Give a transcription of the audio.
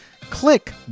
click